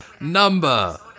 number